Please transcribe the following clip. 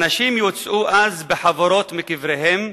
האנשים יוצאו אז בחבורות מקבריהם